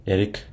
Eric